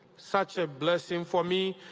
such a blessing for me,